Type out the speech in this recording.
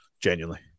genuinely